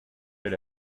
bel